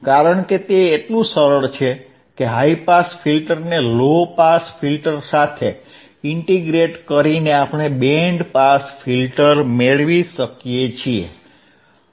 કારણ કે તે એટલું સરળ છે કે હાઇ પાસ ફિલ્ટરને લો પાસ ફિલ્ટર સાથે ઇન્ટીગ્રેટ કરીને આપણે બેન્ડ પાસ ફિલ્ટર મેળવી શકીએ છીએ